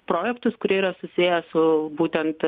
projektus kurie yra susiję su būtent